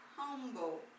humble